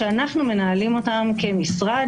אני לא מעביר ביקורת,